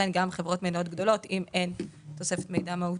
גם חברות מניות גדולות, אם אין תוספת מידע מהותי,